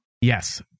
Yes